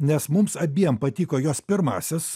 nes mums abiem patiko jos pirmasis